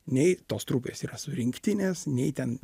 nei tos trupės yra surinktinės nei ten